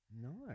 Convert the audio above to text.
No